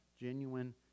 genuine